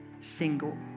single